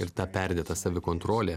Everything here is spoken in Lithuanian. ir ta perdėta savikontrolė